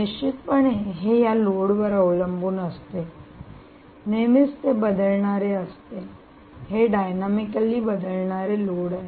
निश्चितपणे हे या लोडवर अवलंबून असते नेहमीच ते बदलणारे असते हे डायनामिकली बदलणारे लोड आहे